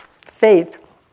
faith